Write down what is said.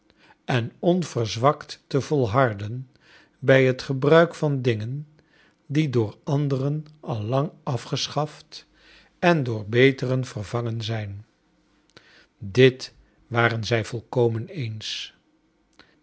en onverzwakt te volharden bij het gebruik van dingen die door anderen al lang afgeschaft en door betere vervangen zijn dit waren zij volkomen eens